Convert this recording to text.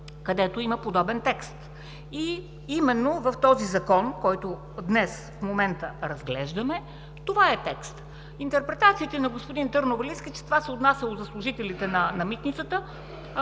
където има подобен текст. Именно в този закон, който в момента разглеждаме, това е текстът. Интерпретациите на господин Търновалийски, че това се отнасяло за служителите на Митницата,